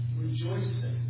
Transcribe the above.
rejoicing